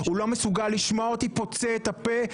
הוא לא מסוגל לשמוע אותי פוצה פה,